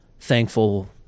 thankful